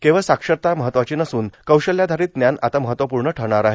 केवळ साक्षरता महत्त्वाची नसून कौशल्यार्धारत ज्ञान आता महत्त्वपूण ठरणार आहे